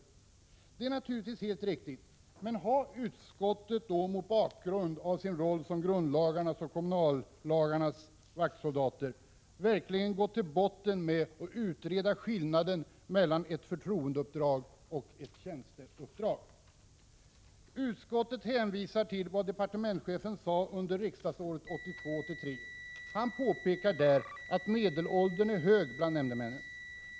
Detta är naturligtvis helt riktigt, men har utskottets ledamöter då mot bakgrund av sin roll som grundlagarnas och kommunallagarnas vaktsoldater verkligen gått till botten med att utreda skillnaden mellan ett förtroendeuppdrag och ett tjänsteuppdrag? Utskottet hänvisar vidare till vad departementschefen sade under riksdagsåret 1982/83. Han påpekade att medelåldern är hög bland nämndemännen.